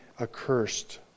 accursed